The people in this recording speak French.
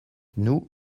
nous